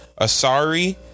Asari